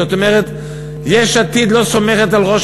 זאת אומרת, יש עתיד לא סומכת על ראש